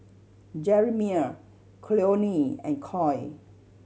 Jeremiah Cleone and Coy